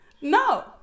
no